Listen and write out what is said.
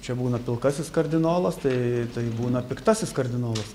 čia būna pilkasis kardinolas tai tai būna piktasis kardinolas